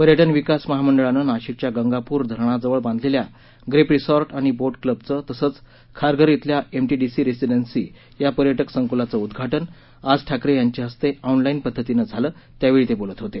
पर्यटन विकास महामंडळानं नाशिकच्या गंगापूर धरणाजवळ बांधलेल्या ग्रेप रिसॉर्ट आणि बोट क्लबचं तसंच खारघर श्विल्या एमटीडीसी रेसिडन्सी या पर्यटक संकुलाचं उद्घाटन आज ठाकरे यांच्या हस्ते ऑनलाईन पद्धतीनं उद्घाटन झालं त्यावेळी ते बोलत होते